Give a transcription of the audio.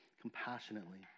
compassionately